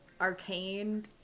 arcane